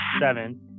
seven